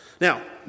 Now